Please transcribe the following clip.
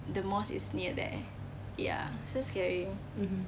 the mosque is near there ya so scary